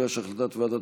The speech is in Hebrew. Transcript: חבר הכנסת ווליד